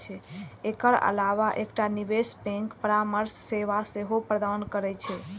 एकर अलावा एकटा निवेश बैंक परामर्श सेवा सेहो प्रदान करै छै